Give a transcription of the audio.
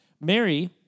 Mary